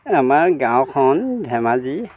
আমাৰ গাঁওখন ধেমাজী